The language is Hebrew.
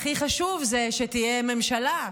הכי חשוב הוא שתהיה ממשלה.